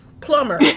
plumber